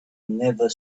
never